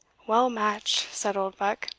well matched, said oldbuck,